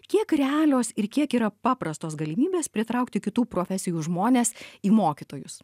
kiek realios ir kiek yra paprastos galimybės pritraukti kitų profesijų žmones į mokytojus